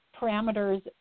parameters